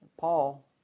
Paul